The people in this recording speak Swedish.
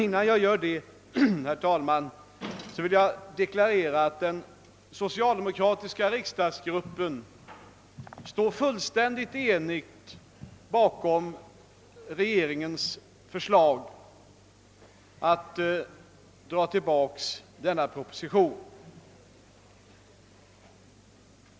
Innan jag gör det, herr talman, vill jag dock deklarera att den socialdemokratiska riksdagsgruppen står helt enig bakom regeringens förslag att dra tillbaka denna proposition.